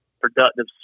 productive